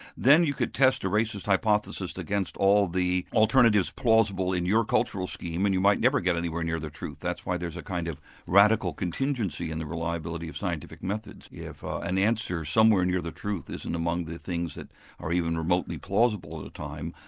then you could test a racist hypothesis against all the alternatives plausible in your cultural scheme and you might never get anywhere near the truth, that's why there's a kind of radical contingency in the reliability of scientific methods. if an answer somewhere near the truth isn't among the things that are even remotely plausible at the time,